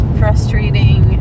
frustrating